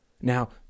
Now